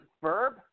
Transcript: Verb